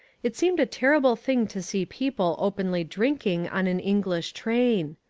it seemed a terrible thing to see people openly drinking on an english train.